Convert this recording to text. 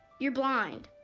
you're blind,